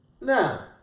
Now